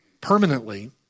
permanently